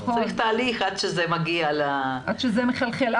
צריך תהליך עד שזה מגיע --- עד שזה מחלחל.